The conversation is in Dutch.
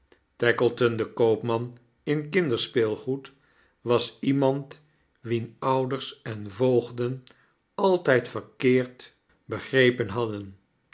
taekleton de koopman in kinderspeelgoed was iemand wien ouders en voogden altijd verkeerd begrepen hadden